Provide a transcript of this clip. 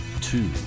Two